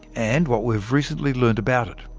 and what we've recently learned about it.